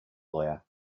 lawyer